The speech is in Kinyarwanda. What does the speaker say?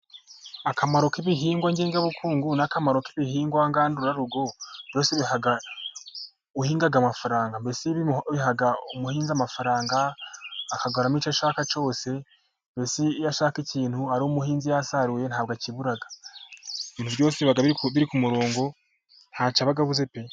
Akamaro k'ibihingwa ngengabukungu n'akamaro k'ibihingwa ngandurarugo byose biha uhinga amafaranga, mbese biha umuhinzi amafaranga akaguramo icyo ashaka cyose. Mbese iyo ashaka ikintu ari umuhinzi yasaruye ntabwo akibura, byose biba biri ku murongo, ntacyo aba abuze pe.